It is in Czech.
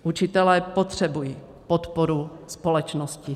Učitelé potřebují podporu společnosti.